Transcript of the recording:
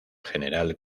general